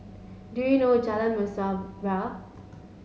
do you know Jalan Mesra where